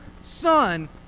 son